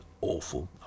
awful